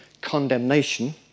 condemnation